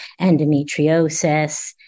endometriosis